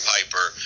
Piper